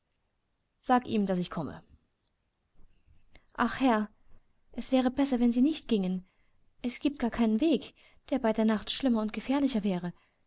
sag ihm daß ich komme ach herr es wäre besser wenn sie nicht gingen es giebt gar keinen weg der bei nacht schlimmer und gefährlicher wäre